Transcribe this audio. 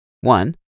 One